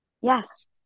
Yes